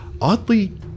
oddly